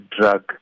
drug